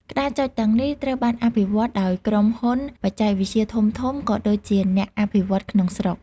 ក្តារចុចទាំងនេះត្រូវបានអភិវឌ្ឍដោយក្រុមហ៊ុនបច្ចេកវិទ្យាធំៗ ក៏ដូចជាអ្នកអភិវឌ្ឍន៍ក្នុងស្រុក។